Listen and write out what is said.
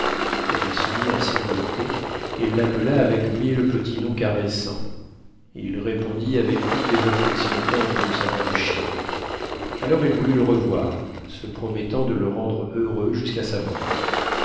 elle se mit à sangloter et l'appela avec mille petits noms caressants il répondit avec toutes les inflexions tendres de sa voix de chien alors elle voulut le revoir se promettant de le rendre heureux jusqu'à sa mort